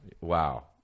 Wow